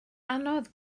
anodd